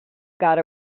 got